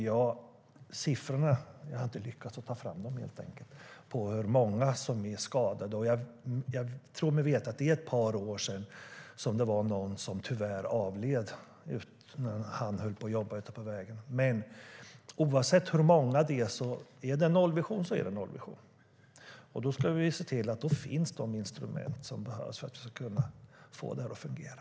Jag har inte lyckats ta fram siffror på hur många som blir skadade. För ett par år sedan var det en man som tyvärr avled när han jobbade på vägen. Men är det en nollvision så är det en nollvision, oavsett hur många det handlar om. Då ska vi se till att de instrument som behövs ska finnas för att vi ska kunna få detta att fungera.